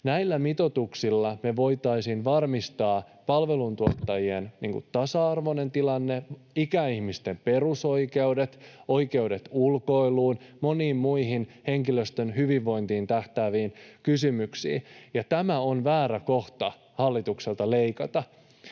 Näillä mitoituksilla me voitaisiin varmistaa palveluntuottajien tasa-arvoinen tilanne, ikäihmisten perusoikeudet, oikeudet ulkoiluun ja monet henkilöstön hyvinvointiin tähtäävät kysymykset, ja tämä on väärä kohta hallitukselta leikata.